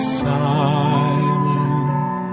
silent